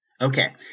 Okay